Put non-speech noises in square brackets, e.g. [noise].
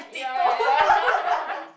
ya ya ya [laughs]